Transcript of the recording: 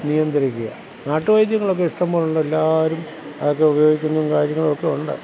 നിയന്ത്രിക്കുക നാട്ടു വൈദ്യങ്ങളൊക്കെ ഇഷ്ടം പോലെയുണ്ട് എല്ലാവരും അതൊക്കെ ഉപയോഗിക്കുന്നും കാര്യങ്ങളൊക്കെ ഉണ്ട്